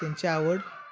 त्यांची आवड